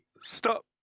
Stop